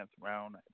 round